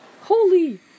Holy